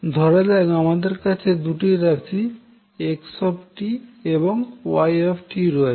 ধরাযাক আমাদের কাছে দুটি রাশি X এবং Y রয়েছে